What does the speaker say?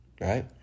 right